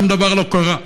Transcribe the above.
שום דבר לא קרה.